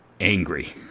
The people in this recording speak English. angry